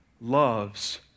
loves